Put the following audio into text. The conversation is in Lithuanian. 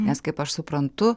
nes kaip aš suprantu